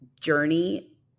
journey